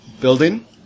building